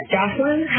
Jocelyn